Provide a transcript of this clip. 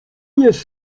jest